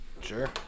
Sure